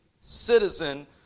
citizen